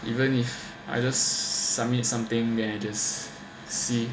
even if I just submit something then I just see